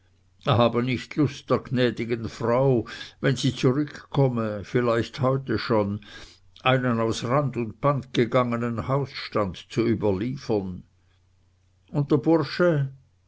habe nicht lust der gnädigen frau wenn sie zurückkomme vielleicht heute schon einen aus rand und band gegangenen hausstand zu überliefern und der bursche